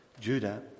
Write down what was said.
Judah